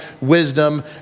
wisdom